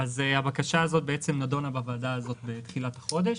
הבקשה זאת נדונה בוועדה הזאת בתחילת החודש.